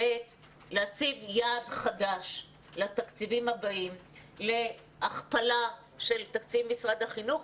ב' להציב יעד חדש לתקציבים הבאים להכפלה של תקציב משרד החינוך,